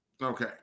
Okay